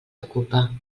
ocupa